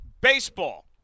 baseball